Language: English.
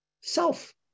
self